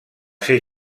ser